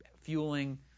fueling